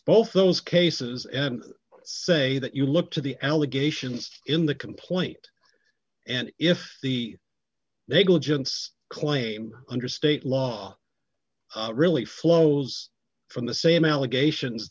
both those cases and say that you look to the allegations in the complaint and if the they go against claim under state law really flows from the same allegations